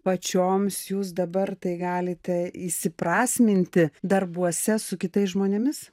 pačioms jūs dabar tai galite įsiprasminti darbuose su kitais žmonėmis